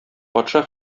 патша